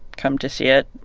come to see it.